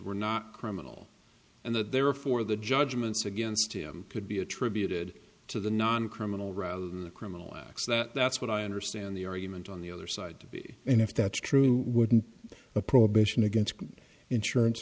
were not criminal and that therefore the judgments against him could be attributed to the non criminal rather than the criminal acts that that's what i understand the argument on the other side to be and if that's true wouldn't a prohibition against insurance